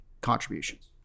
contributions